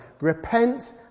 Repent